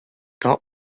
top